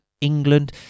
England